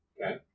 Okay